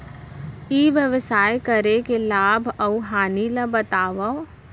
ई व्यवसाय करे के लाभ अऊ हानि ला बतावव?